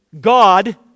God